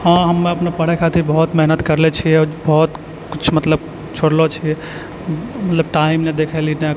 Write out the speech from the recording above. हँ हमे अपने पढ़ै खातिर बहुत मेहनत करलै छिए बहुत किछु मतलब छोड़लऽ छिए मतलब टाइम नहि देखली नहि